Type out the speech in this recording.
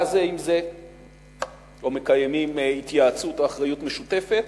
זה עם זה או מקיימים התייעצות או אחריות משותפת.